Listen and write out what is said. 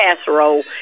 casserole